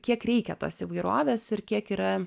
kiek reikia tos įvairovės ir kiek yra